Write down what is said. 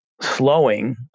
slowing